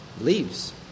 leaves